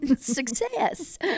Success